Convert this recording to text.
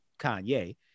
Kanye